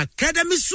Academy